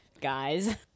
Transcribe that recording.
guys